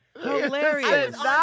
Hilarious